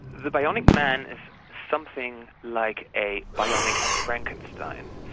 the bionic man something like a bionic frankenstein.